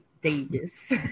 Davis